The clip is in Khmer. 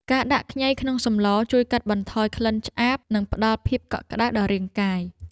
ការដាក់ខ្ញីក្នុងសម្ល ជួយកាត់បន្ថយក្លិនឆ្អាប និងផ្តល់ភាពកក់ក្តៅដល់រាងកាយ។